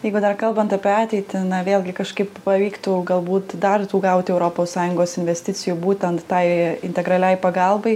jeigu dar kalbant apie ateitį na vėlgi kažkaip pavyktų galbūt dar gauti europos sąjungos investicijų būtent tai integraliai pagalbai